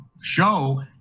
show